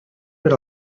per